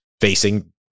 facing